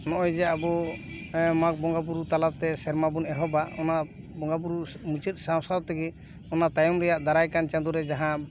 ᱱᱚᱜ ᱚᱭ ᱡᱮ ᱟᱵᱚ ᱢᱟᱜᱽ ᱵᱚᱸᱜᱟ ᱵᱩᱨᱩ ᱛᱟᱞᱟᱛᱮ ᱥᱮᱨᱢᱟ ᱵᱚᱱ ᱮᱦᱚᱵᱟ ᱚᱱᱟ ᱵᱚᱸᱜᱟ ᱵᱩᱨᱩ ᱢᱩᱪᱟᱹᱫ ᱥᱟᱶ ᱥᱟᱶᱛᱮ ᱜᱮ ᱚᱱᱟ ᱛᱟᱭᱚᱢ ᱨᱮᱭᱟᱜ ᱫᱟᱨᱟᱭ ᱠᱟᱱ ᱪᱟᱸᱫᱳ ᱨᱮ ᱡᱟᱦᱟᱸ